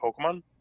Pokemon